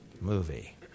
movie